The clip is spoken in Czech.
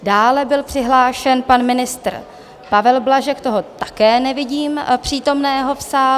Dále byl přihlášen pan ministr Pavel Blažek, toho také nevidím přítomného v sále.